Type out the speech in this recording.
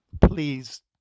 Please